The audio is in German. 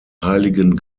heiligen